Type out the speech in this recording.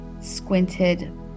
squinted